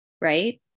right